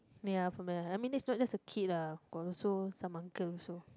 ya from I mean that not just a kid lah got also some uncle also